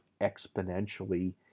exponentially